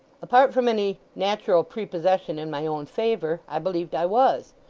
apart from any natural prepossession in my own favour, i believed i was.